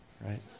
right